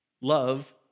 Love